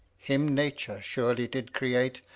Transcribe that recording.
him nature surely did create,